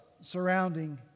surrounding